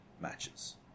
matches